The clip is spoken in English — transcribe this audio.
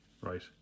Right